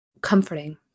comforting